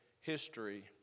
history